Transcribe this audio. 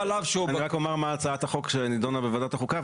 אני רק אומר מה הצעת החוק שנדונה בוועדת החוקה.